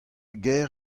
gêr